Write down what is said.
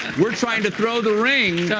we're trying to throw the ring